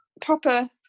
proper